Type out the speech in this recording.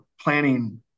planning